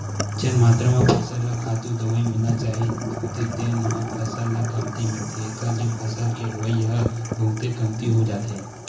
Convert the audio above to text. जेन मातरा म फसल ल खातू, दवई मिलना चाही होथे तेन ह फसल ल कमती मिलथे एखर ले फसल के होवई ह बहुते कमती हो जाथे